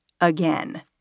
again